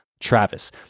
Travis